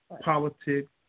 politics